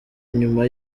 nyuma